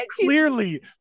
clearly